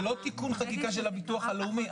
זה לא תיקון חקיקה של הביטוח הלאומי.